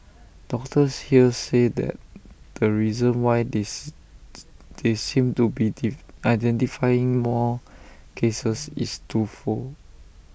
doctors here say that the reason why this they seem to be identifying more cases is twofold